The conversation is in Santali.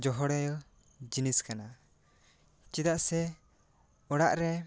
ᱡᱚᱦᱚᱲᱚᱭᱚ ᱡᱤᱱᱤᱥ ᱠᱟᱱᱟ ᱪᱮᱫᱟᱜ ᱥᱮ ᱚᱲᱟᱜ ᱨᱮ